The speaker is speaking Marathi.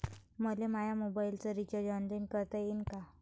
मले माया मोबाईलचा रिचार्ज ऑनलाईन करता येईन का?